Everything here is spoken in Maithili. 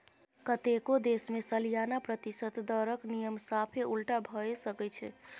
कतेको देश मे सलियाना प्रतिशत दरक नियम साफे उलटा भए सकै छै